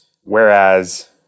Whereas